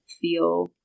feel